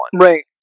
Right